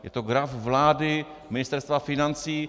Je to graf vlády, Ministerstva financí.